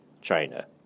China